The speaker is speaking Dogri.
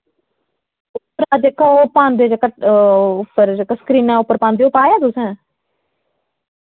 जेह्का ओह् पांदे जेह्का उप्पर जेह्का स्क्रीना उप्पर पांदे ओह् पाएआ तुसें